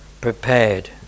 prepared